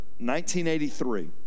1983